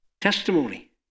Testimony